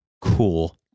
cool